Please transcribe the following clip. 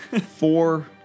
four